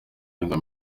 arenga